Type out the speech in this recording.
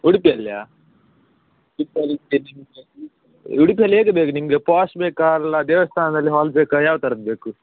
ಉಡ್ಪಿಯಲ್ಲಿಯಾ ಉಡುಪಿಯಲ್ಲಿ ಹೇಗೆ ಬೇಕು ನಿಮಗೆ ಪಾಶ್ ಬೇಕಾ ಅಲ್ಲ ದೇವಸ್ಥಾನದಲ್ಲಿ ಹಾಲ್ ಬೇಕಾ ಯಾವ ಥರದ್ದು ಬೇಕು